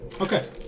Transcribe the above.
Okay